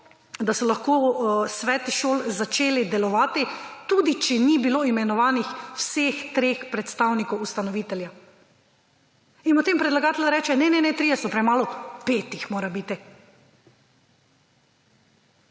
da so lahko sveti šol začeli delovati tudi če ni bilo imenovanih vseh treh predstavnikov ustanovitelja. In potem predlagatelj reče: »Ne, ne, trije so premalo, pet jih mora biti.«